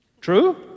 True